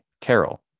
Carol